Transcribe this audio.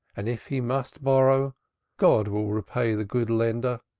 and if he must borrow god will repay the good lender,